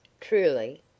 truly